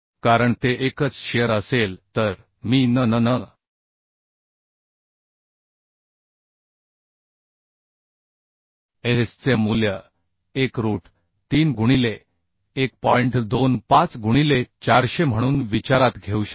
कारण ते एकच शिअर असेल तर मी n n n s चे मूल्य 1 रूट 3 गुणिले 1 म्हणून विचारात घेऊ शकतो